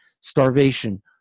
starvation